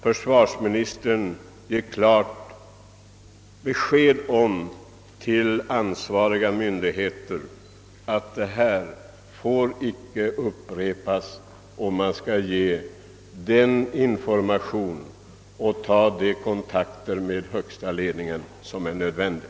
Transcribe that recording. Försvarsministern måste ge ansvariga myndigheter besked om att saken inte får upprepas — han får ge den information som behövs och ta de kontakter med högsta ledningen som är nödvändiga.